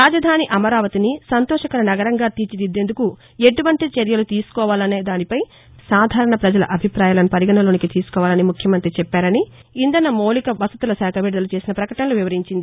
రాజధాని అమరావతిని సంతోషకర నగరంగా తీర్చిదిద్దేందుకు ఎటువంటి చర్యలు తీసుకోవాలనే దానిపై సాధారణ ప్రజల అభిపాయాలనూ పరిగణనలోకి తీసుకోవాలని ముఖ్యమంతి చెప్పారని ఇంధన మౌలిక వసతుల శాఖ విడుదల చేసిన పకటనలో వివరించింది